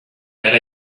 that